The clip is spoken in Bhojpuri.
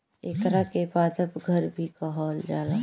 एकरा के पादप घर भी कहल जाला